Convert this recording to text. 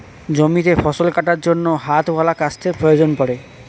জমিতে ফসল কাটার জন্য হাতওয়ালা কাস্তের প্রয়োজন পড়ে